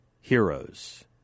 heroes